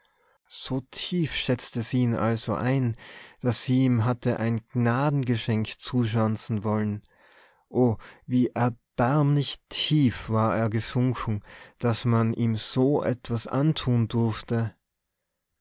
so tief schätzte sie ihn also ein daß sie ihm hatte ein gnadengeschenk zuschanzen wollen o wie erbärmlich tief war er gesunken daß man ihm so etwas antun durfte